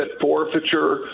forfeiture